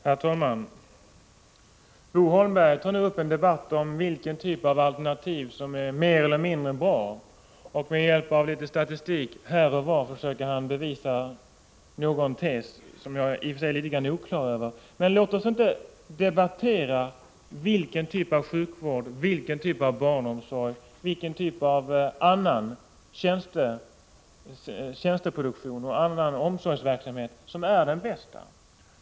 Herr talman! Bo Holmberg tar nu upp en debatt om vilken typ av alternativ som är mer eller mindre bra, och med hjälp av litet statistik här och var försöker han bevisa någon tes som jag i och för sig är litet grand oklar över. Men låt oss inte debattera vilken typ av sjukvård, vilken typ av barnomsorg, vilken typ av annan tjänsteproduktion och omsorgsverksamhet som är den bästa.